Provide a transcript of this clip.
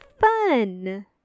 Fun